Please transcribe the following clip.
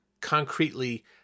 concretely